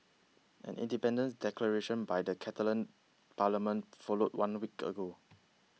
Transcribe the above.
an independence declaration by the Catalan parliament followed one week ago